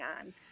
on